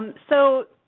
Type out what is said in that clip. um so,